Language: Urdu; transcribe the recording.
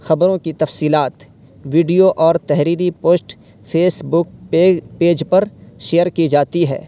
خبروں کی تفصیلات ویڈیو اور تحریری post Facebook page page پر شیئر کی جاتی ہے